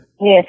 Yes